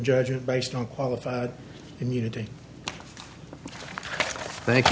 judgment based on qualified immunity thank you